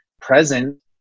present